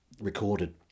recorded